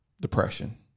depression